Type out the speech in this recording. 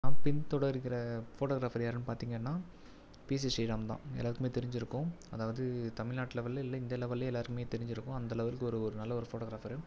நான் பின் தொடர்கின்ற ஃபோட்டோகிராஃபர் யாருன்னு பார்த்தீங்கன்னா பி சி ஸ்ரீராம் தான் எல்லாருக்குமே தெரிஞ்சிருக்கும் அதாவது தமிழ்நாட்டு லெவலில் இல்லை இந்தியா லெவல்லேயே எல்லாருக்குமே தெரிஞ்சிருக்கும் அந்த லெவெலுக்கு ஒரு ஒரு நல்ல ஒரு ஃபோட்டோகிராஃபர்